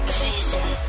vision